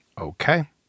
Okay